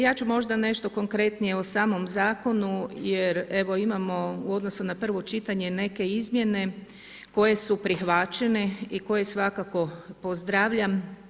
Ja ću možda nešto konkretnije o samom zakonu jer evo imamo u odnosu na prvo čitanje neke izmjene koje su prihvaćene i koje svakako pozdravljam.